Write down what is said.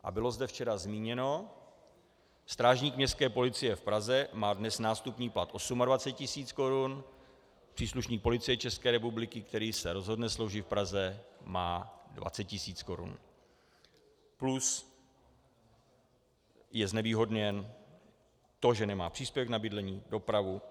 A bylo zde včera zmíněno, strážník Městské policie v Praze má dnes nástupní plat 28 tis. korun, příslušník Policie České republiky, který se rozhodne sloužit v Praze, má 20 tis. korun plus je znevýhodněn tím, že nemá příspěvek na bydlení, dopravu.